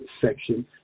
section